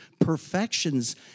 perfections